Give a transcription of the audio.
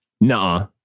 Nah